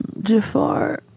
Jafar